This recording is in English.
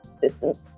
distance